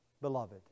beloved